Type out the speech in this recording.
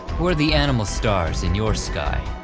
who are the animal stars in your sky?